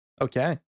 Okay